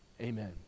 Amen